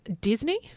Disney